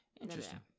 Interesting